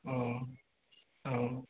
अ अ